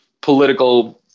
political